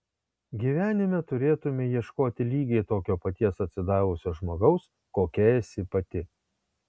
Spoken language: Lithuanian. gyvenime turėtumei ieškoti lygiai tokio paties atsidavusio žmogaus kokia esi pati